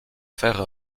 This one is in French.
faire